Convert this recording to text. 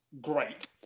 great